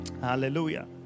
Hallelujah